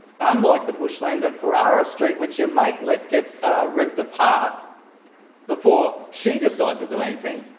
unlike the bushland at carrara street, which your mate let get ripped apart before she decided to do anything.